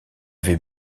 avait